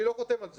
אני לא חותם על זה.